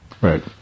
Right